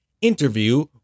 Interview